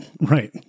Right